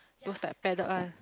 those that paded one